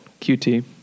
QT